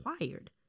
required